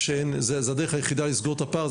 זאת הדרך היחידה לסגור את הפער,